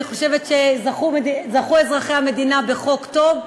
אני חושבת שזכו אזרחי המדינה בחוק טוב.